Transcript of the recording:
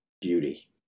beauty